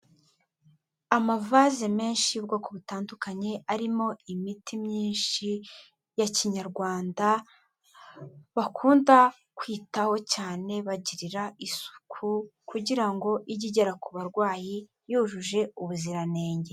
Amavaze menshi y'ubwoko butandukanye arimo imiti myinshi ya Kinyarwanda, bakunda kwitaho cyane bagirira isuku kugira ngo ijye igera ku barwayi yujuje ubuziranenge.